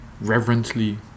reverently